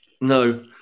No